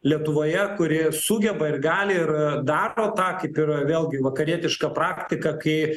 lietuvoje kuri sugeba ir gali ir daro tą kaip ir vėlgi vakarietiška praktika kai